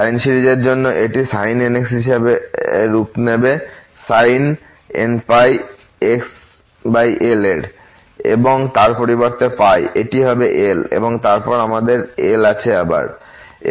sign সিরিজের জন্য এটি sin nx হিসাবে রূপ নেবে sin nπxL এর এবং তার পরিবর্তে এটি হবে L এবং তারপর আমাদের L আবার আছে